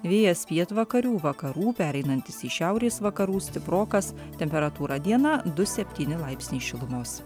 vėjas pietvakarių vakarų pereinantis į šiaurės vakarų stiprokas temperatūra dieną du septyni laipsniai šilumos